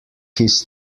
his